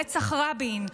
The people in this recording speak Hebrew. רצח רבין,